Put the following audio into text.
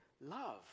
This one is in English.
love